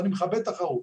ואני מכבד תחרות.